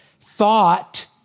Thought